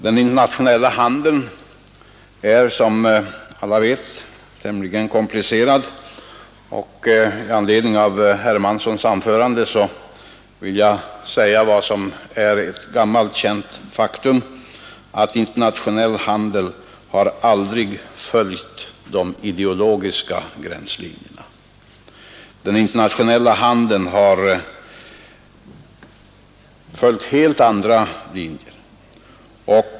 Den internationella handeln är som alla vet tämligen komplicerad, och i anledning av herr Hermanssons anförande vill jag säga vad som är ett gammalt känt faktum, nämligen att internationell handel aldrig följt de ideologiska gränserna. Den internationella handeln har följt helt andra linjer.